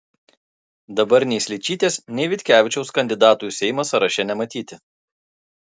dabar nei sličytės nei vitkevičiaus kandidatų į seimą sąraše nematyti